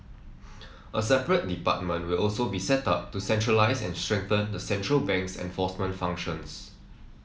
a separate department will also be set up to centralise and strengthen the central bank's enforcement functions